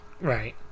Right